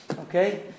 Okay